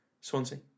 Swansea